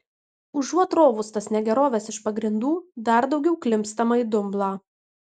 užuot rovus tas negeroves iš pagrindų dar daugiau klimpstama į dumblą